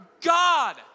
God